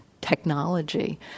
technology